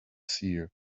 seer